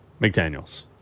McDaniels